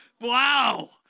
Wow